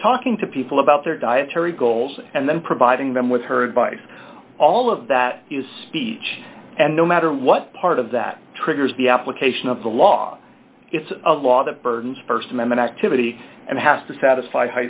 is talking to people about their dietary goals and then providing them with her advice all of that is speech and no matter what part of that triggers the application of the law it's a law that burdens st amendment activity and has to satisfy